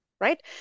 right